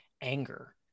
anger